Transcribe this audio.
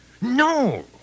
No